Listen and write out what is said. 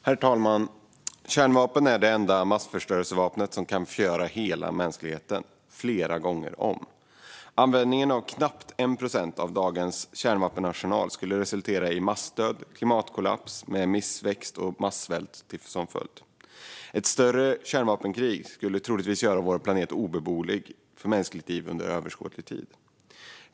Herr talman! Kärnvapen är det enda massförstörelsevapnet som kan förgöra hela mänskligheten - flera gånger om. Användning av knappt 1 procent av dagens kärnvapenarsenal skulle resultera i massdöd och klimatkollaps med missväxt och massvält som följd. Ett större kärnvapenkrig skulle troligtvis göra vår planet obeboelig för mänskligt liv under överskådlig tid.